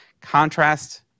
Contrast